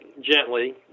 gently